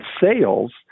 sales